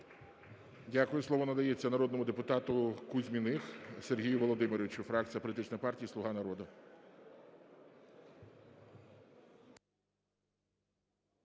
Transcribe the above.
Дякую. Слово надається народному депутату Кузьміних Сергію Володимировичу, фракція політичної партії "Слуга народу".